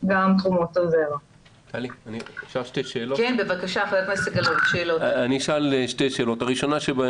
תודה לחברי הוועדה המכובדת, לכנסת ישראל, שנה טובה